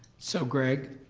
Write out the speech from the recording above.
so, greg,